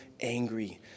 angry